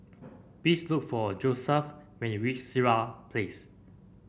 please look for Josef when you reach Sirat Place